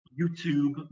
YouTube